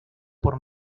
por